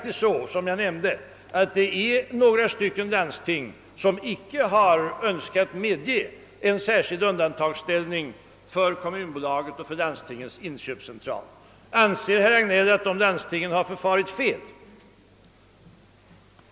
Som jag tidigare nämnde har några landsting inte önskat medge en särskild undantagsställning för kommunbolaget och Landstingens inköpscentral. Anser herr Hagnell att de landstingen har förfarit fel?